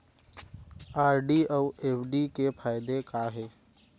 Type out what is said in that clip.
RD अऊ FD के फायेदा का हे?